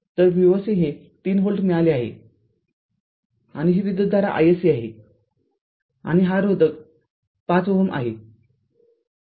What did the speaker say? V o c हे ३ volt मिळाले आहे आणि ही विद्युतधारा iSC आहे आणि हा रोधक ५ Ω आहे